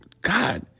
God